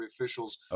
officials